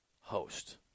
host